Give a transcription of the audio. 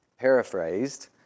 Paraphrased